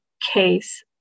case